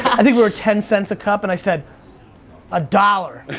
i think we were ten cents a cup, and i said a dollar.